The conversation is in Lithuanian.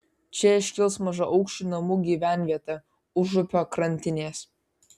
čia iškils mažaaukščių namų gyvenvietė užupio krantinės